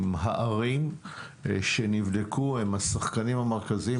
עם הערים שנבדקו שהם השחקנים המרכזיים.